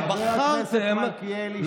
חבר הכנסת מלכיאלי, שנייה.